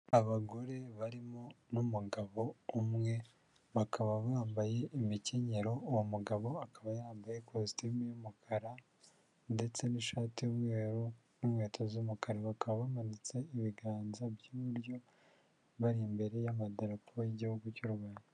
Abagore barimo n'umugabo umwe, bakaba bambaye imikenyero, uwo mugabo akaba yambaye ikositimu y'umukara ndetse n'ishati y'umweru n'inkweto z'umukarawa, bakaba bamanitse ibiganza by'iburyo, bari imbere y'amadarapo y'igihugu cy'u Rwanda.